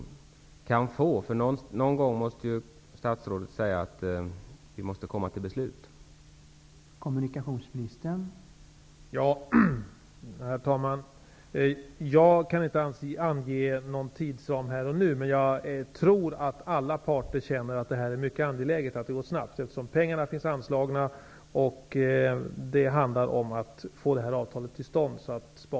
Förr eller senare måste ju statsrådet säga att vi måste komma fram till ett beslut.